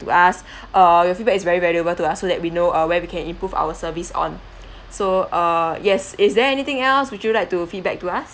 to us err your feedback is very valuable to us so that we know uh where we can improve our service on so uh yes is there anything else would you like to feedback to us